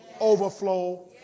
overflow